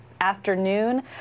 afternoon